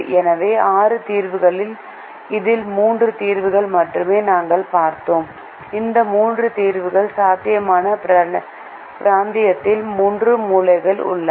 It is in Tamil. எனவே ஆறு தீர்வுகளில் இதில் மூன்று தீர்வுகளை மட்டுமே நாங்கள் பார்த்தோம் அந்த மூன்று தீர்வுகளும் சாத்தியமான பிராந்தியத்தில் மூன்று மூலையில் உள்ளன